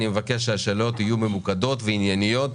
אני מבקש שהשאלות יהיו ממוקדות וענייניות,